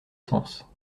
sens